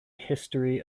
history